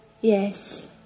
Yes